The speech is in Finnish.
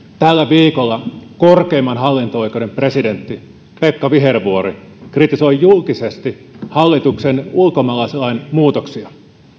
tällä viikolla korkeimman hallinto oikeuden presidentti pekka vihervuori kritisoi julkisesti hallituksen ulkomaalaislain muutoksia